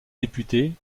députés